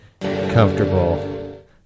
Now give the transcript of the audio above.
comfortable